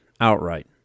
outright